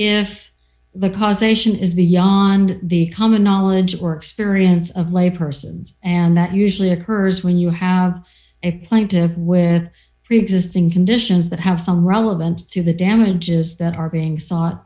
if the causation is the yond the common knowledge or experience of lay persons and that usually occurs when you have a plaintive with preexisting conditions that have some relevance to the damages that are being sought